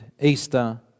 Easter